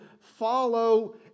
follow